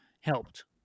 helped